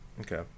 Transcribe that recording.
Okay